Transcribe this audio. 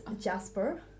Jasper